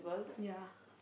ya